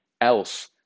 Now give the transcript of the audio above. else